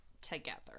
together